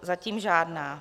Zatím žádná.